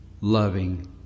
loving